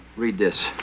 read this,